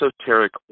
esoteric